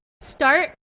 start